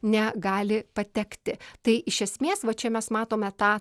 negali patekti tai iš esmės va čia mes matome tą